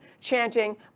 chanting